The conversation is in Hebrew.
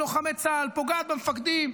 פוגעת בלוחמי צה"ל, פוגעת במפקדים,